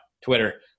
Twitter –